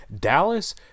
dallas